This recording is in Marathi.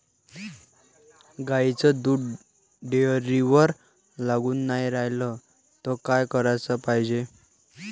गाईचं दूध डेअरीवर लागून नाई रायलं त का कराच पायजे?